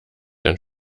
dann